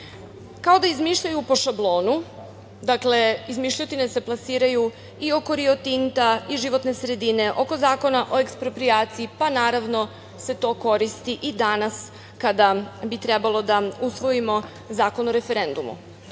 da izmišljaju po šablonu – izmišljotine se plasiraju i oko Rio Tinta i životne sredine, oko Zakona o eksproprijaciji, pa naravno da se to koristi i danas kada bi trebalo da usvojimo Zakon o referendumu. Šta